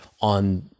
on